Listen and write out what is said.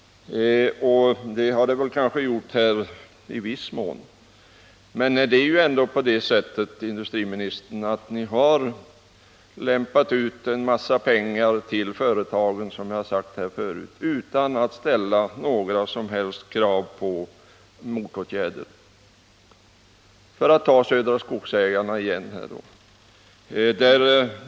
Detta är kanske i viss mån riktigt. Men, herr industriminister, ni har ju lämpat ut en massa pengar till företagen, som jag sade förut, utan att ställa några som helst krav på motprestationer. Låt oss på nytt ta Södra Skogsägarna som exempel.